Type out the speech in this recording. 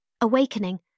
Awakening